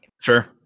Sure